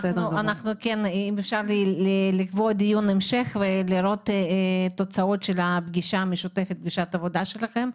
אם אפשר לקבוע דיון המשך ולראות תוצאות של הפגישה המשותפת שלכם.